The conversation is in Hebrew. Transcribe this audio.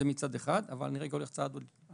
זה מצד אחד, אבל אני רגע הולך צעד אחד לאחור.